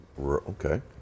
Okay